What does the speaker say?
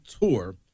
tour